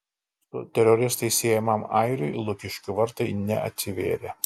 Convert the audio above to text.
su teroristais siejamam airiui lukiškių vartai neatsivėrė